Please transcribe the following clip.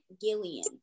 gillian